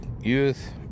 youth